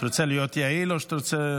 אתה רוצה להיות יעיל או שאתה רוצה,